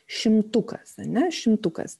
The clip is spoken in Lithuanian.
šimtukas ane šimtukas